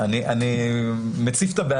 אין לי פתרון, אני מציף את הבעיה.